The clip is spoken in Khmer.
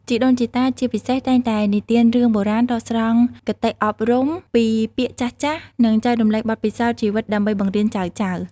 ជីដូនជីតា ជាពិសេស តែងតែនិទានរឿងបុរាណ ដកស្រង់គតិអប់រំពីពាក្យចាស់ៗ និងចែករំលែកបទពិសោធន៍ជីវិតដើម្បីបង្រៀនចៅៗ។